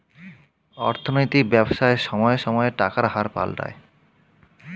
অর্থনৈতিক ব্যবসায় সময়ে সময়ে টাকার হার পাল্টায়